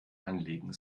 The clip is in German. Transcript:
anlegen